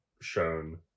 shown